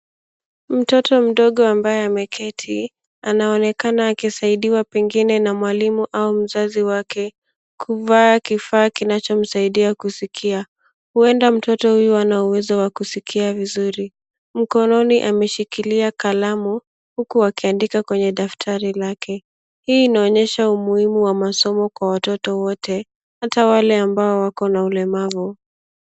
Mtoto mdogo ambaye ameketi anaonekana akisaidiwa pengine na mwalimu au mzazi wake kuvaa kifaa kinachomsaidia kusikia, huenda mtoto huyu hana uwezo wa kusikia vizuri. Mkononi ameshikilia kalamu huku akiandika kwenye daftari lake. Hii inaonyesha umuhimu wa masomo kwa watoto wote hata wale ambao wako na ulemavu.